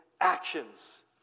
actions